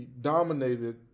dominated